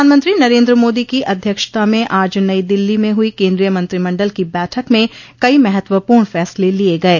प्रधानमंत्री नरेन्द्र मोदी की अधक्षता में आज नई दिल्ली में हुई केन्द्रीय मंत्रिमण्डल की बैठक में कई महत्वपूर्ण फैसले लिये गये